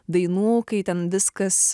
dainų kai ten viskas